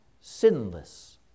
sinless